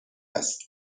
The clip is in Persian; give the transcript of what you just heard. است